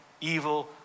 evil